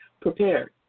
prepared